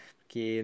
Porque